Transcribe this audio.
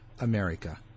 america